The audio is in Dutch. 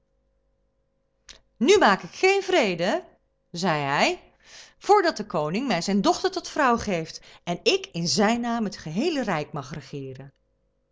nu maak ik geen vrede zei hij voordat de koning mij zijn dochter tot vrouw geeft en ik in zijn naam het geheele rijk mag regeeren